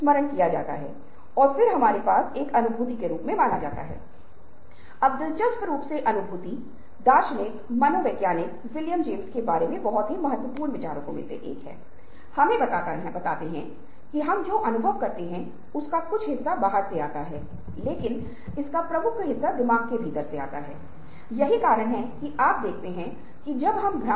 box के अंदर हम सुरक्षित महसूस करते हैं हर कोई वहां रहता है लेकिन ज्ञान की सीमा बॉक्स से बाहर है यह भी दिखाई नहीं देता है लेकिन यह अलग सोच के लिए जवाबदरी है